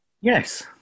Yes